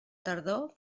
tardor